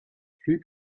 three